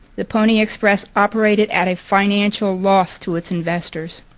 the pony express operated at a financial loss to its investors.